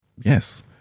yes